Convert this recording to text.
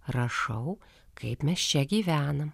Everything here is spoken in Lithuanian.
rašau kaip mes čia gyvenam